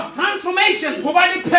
transformation